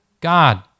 God